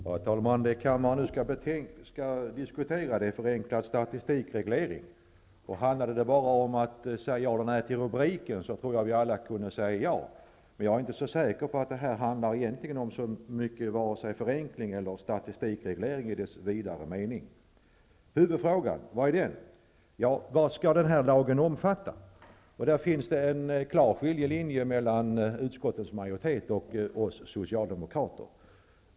Herr talman! Det kammaren nu skall diskutera är förenklad statistikreglering. Handlade det bara om att säga ja eller nej till rubriken tror jag att vi alla kunde säga ja. Men jag är inte så säker på att detta egentligen handlar så mycket om vare sig förenkling eller statistikreglering i dess vidare mening. Vad är huvudfrågan? Jo, den är: Vad skall den här lagen omfatta? Där finns en klar skiljelinje mellan utskottets majoritet och oss socialdemokrater.